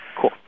Cool